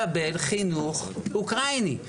חינוך אוקראינים בישראל עם אנשי חינוך.